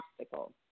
obstacle